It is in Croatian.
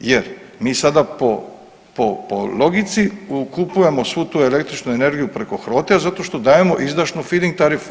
jer mi sada po logici kupujemo svu tu električnu energiju preko Hrote-a zato što dajemo izdašnu filing tarifu.